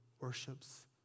worships